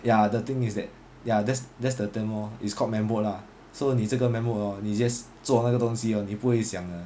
ya the thing is that ya that's that's the thing lor it's called man mode lor so 你这个 man mode hor 你 just 做那个东西你不会想的